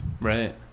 Right